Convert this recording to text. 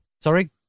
Sorry